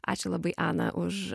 ačiū labai ana už